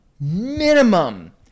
minimum